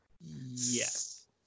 Yes